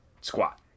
squat